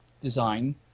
design